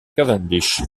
cavendish